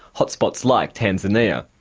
hot spots like tanzania.